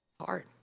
Hard